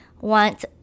want